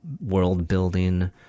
world-building